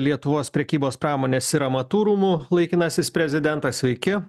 lietuvos prekybos pramonės ir amatų rūmų laikinasis prezidentas sveiki